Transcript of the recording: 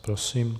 Prosím.